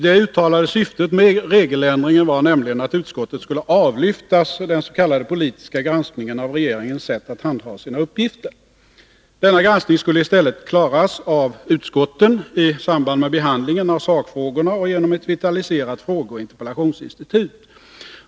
Det uttalade syftet med regeländringen var nämligen att utskottet skulle avlyftas dens.k. politiska granskningen av regeringens sätt att handha sina uppgifter. Denna granskning skulle i stället klaras av utskotten i samband med behandlingen av sakfrågorna och genom ett vitaliserat frågeoch interpellationsinstitut.